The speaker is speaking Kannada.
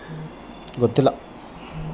ಔಷಧಿ ಸಿಂಪಡಿಸಲು ಯಾವ ಉಪಕರಣ ಬಳಸುತ್ತಾರೆ?